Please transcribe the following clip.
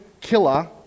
killer